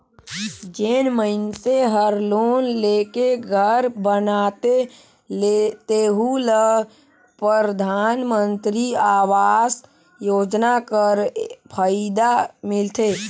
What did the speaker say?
जेन मइनसे हर लोन लेके घर बनाथे तेहु ल परधानमंतरी आवास योजना कर फएदा मिलथे